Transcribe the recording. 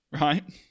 right